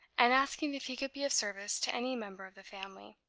and asking if he could be of service to any member of the family.